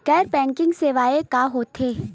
गैर बैंकिंग सेवाएं का होथे?